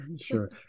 Sure